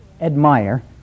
admire